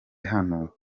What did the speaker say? ahaba